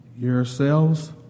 yourselves